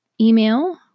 email